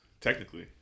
technically